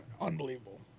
unbelievable